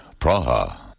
Praha